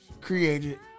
created